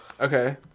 Okay